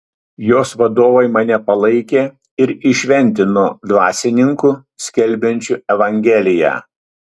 jos vadovai mane palaikė ir įšventino dvasininku skelbiančiu evangeliją